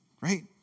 Right